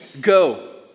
go